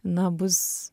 na bus